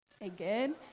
again